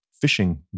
fishing